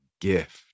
gift